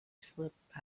slipped